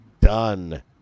done